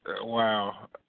Wow